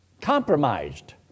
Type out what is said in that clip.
compromised